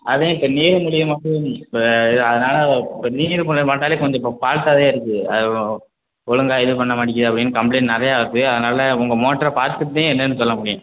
அதான் இப்போ நீர் மூழ்கி மோட்ரு இப்போ இது அதனால் இப்போ நீர் மூழ்கி மோட்டாரே கொஞ்சம் இப்போ ஃபால்ட்டாகவே இருக்குது அது ஒழுங்காக இது பண்ண மாட்டேங்குது அப்படின்னு கம்ப்ளைண்ட் நிறைய இருக்குது அதனால் உங்கள் மோட்டரை பார்த்துட்டு தான் என்னென்னு சொல்ல முடியும்